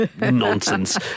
nonsense